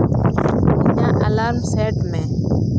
ᱤᱧᱟᱹᱜ alarm set ᱢᱮ